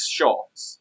shots